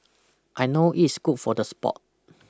I know it's good for the sport